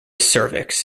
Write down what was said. cervix